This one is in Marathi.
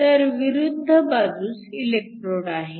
तर विरुद्ध बाजूस इलेकट्रोड आहे